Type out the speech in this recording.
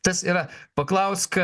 tas yra paklausk